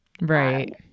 right